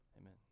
Amen